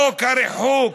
חוק הריחוק,